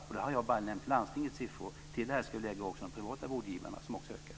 Och då har jag bara nämnt landstingets siffror. Till det ska vi lägga också de privata vårdgivarna, som också ökar.